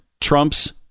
Trump's